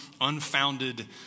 unfounded